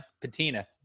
patina